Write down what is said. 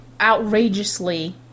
outrageously